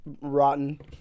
rotten